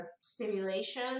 stimulation